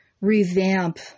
revamp